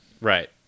Right